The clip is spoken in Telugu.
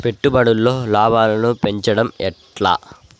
పెట్టుబడులలో లాభాలను పెంచడం ఎట్లా?